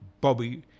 Bobby